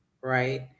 right